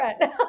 right